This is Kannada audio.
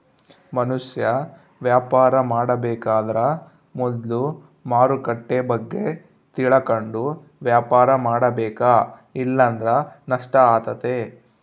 ಮನುಷ್ಯ ವ್ಯಾಪಾರ ಮಾಡಬೇಕಾದ್ರ ಮೊದ್ಲು ಮಾರುಕಟ್ಟೆ ಬಗ್ಗೆ ತಿಳಕಂಡು ವ್ಯಾಪಾರ ಮಾಡಬೇಕ ಇಲ್ಲಂದ್ರ ನಷ್ಟ ಆತತೆ